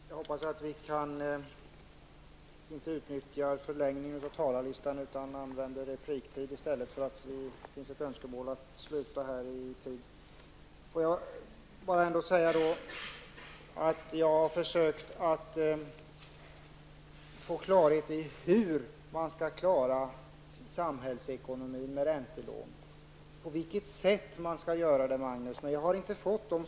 Herr talman! Jag hoppas att vi inte skall utnyttja förlängning av talarlistan, utan att vi använder repliktiden i stället. Det finns ett önskemål här att sluta i tid. Jag har försökt att få klarhet i hur man skall klara samhällsekonomin med räntelån. På vilket sätt man skall göra det, Magnus Persson, men jag har inte fått svar.